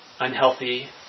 unhealthy